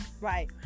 Right